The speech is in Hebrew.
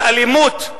של האלימות,